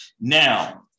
Now